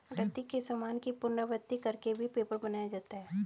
रद्दी के सामान की पुनरावृति कर के भी पेपर बनाया जाता है